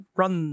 run